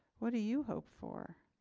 what do you hope for?